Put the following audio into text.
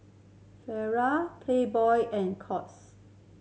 Playboy and Courts